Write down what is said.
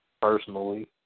personally